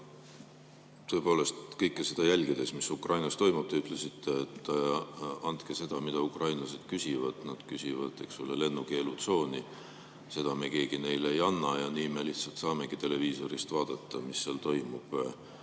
Tõepoolest, kui kõike seda jälgida, mis Ukrainas toimub ... Te ütlesite, et andke seda, mida ukrainlased küsivad. Nad küsivad, eks ole, lennukeelutsooni. Seda me keegi neile ei anna ja nii me lihtsalt saamegi televiisorist vaadata, mis seal toimub.